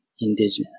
indigenous